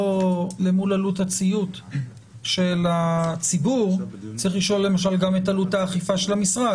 עלות הציות של הציבור צריך לשאול גם על עלות האכיפה של המשרד.